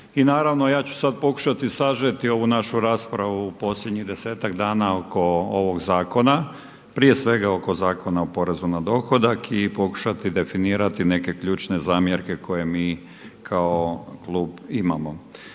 i naravno ja ću sada pokušati sažeti ovu našu raspravu u posljednjih desetak dana oko ovog zakona. Prije svega oko Zakona o poreza na dohodak i pokušati definirati neke ključne zamjerke koje mi kao klub imamo.